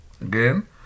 Again